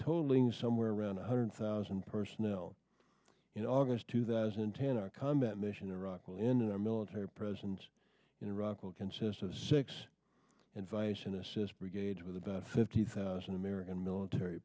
totaling somewhere around one hundred thousand personnel in august two thousand and ten our combat mission in iraq will end and our military presence in iraq will consist of six and vise an assist brigade with about fifty thousand american military